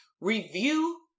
review